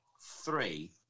three